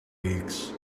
weeks